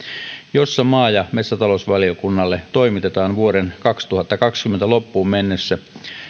että maa ja metsätalousvaliokunnalle toimitetaan vuoden kaksituhattakaksikymmentä loppuun mennessä